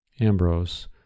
Ambrose